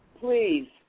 Please